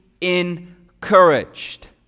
encouraged